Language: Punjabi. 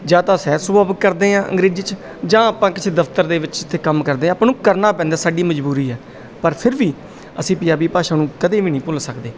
ਜਾਂ ਤਾਂ ਸਹਿਜ ਸੁਭਾਵਿਕ ਕਰਦੇ ਹਾਂ ਅੰਗਰੇਜ਼ੀ 'ਚ ਜਾਂ ਆਪਾਂ ਕਿਸੇ ਦਫ਼ਤਰ ਦੇ ਵਿੱਚ ਜਿੱਥੇ ਕੰਮ ਕਰਦੇ ਹਾਂ ਆਪਾਂ ਨੂੰ ਕਰਨਾ ਪੈਂਦਾ ਸਾਡੀ ਮਜ਼ਬੂਰੀ ਹੈ ਪਰ ਫਿਰ ਵੀ ਅਸੀਂ ਪੰਜਾਬੀ ਭਾਸ਼ਾ ਨੂੰ ਕਦੇ ਵੀ ਨਹੀਂ ਭੁੱਲ ਸਕਦੇ